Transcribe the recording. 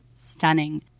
stunning